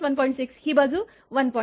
6 ही बाजू 1